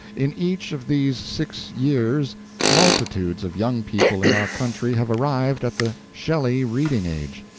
in each of these six years multitudes of young people in our country have arrived at the shelley-reading age.